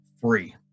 free